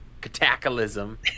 cataclysm